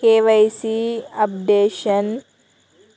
KYC updation